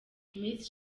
miss